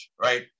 right